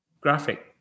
graphic